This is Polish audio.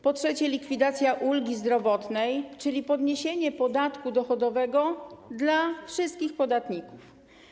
Po trzecie, likwidacja ulgi zdrowotnej, czyli podniesienie podatku dochodowego dla wszystkich podatników.